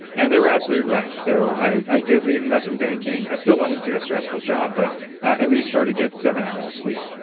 and they were absolutely right. so i i did leave investment banking. i still went into a stressful job but at least started to get seven hours of sleep.